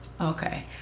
Okay